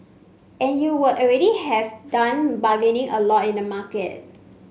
and you would already have done bargaining a lot in the market